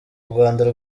urwanda